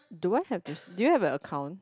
do I have to do you have a account